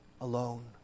alone